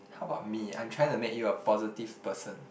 how about me I'm trying to make you a positive person